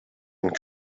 und